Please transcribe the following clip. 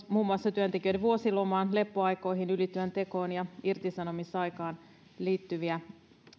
muun muassa työntekijöiden vuosilomaan lepoaikoihin ylityön tekoon ja irtisanomisaikaan liittyviä